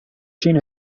scene